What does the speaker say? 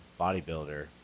bodybuilder